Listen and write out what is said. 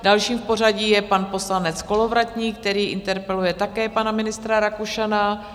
Dalším v pořadí je pan poslanec Kolovratník, který interpeluje také pana ministra Rakušana.